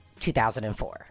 2004